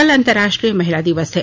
कल अंतर्राष्ट्रीय महिला दिवस है